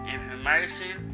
Information